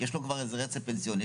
יש לו כבר איזה רצף פנסיוני,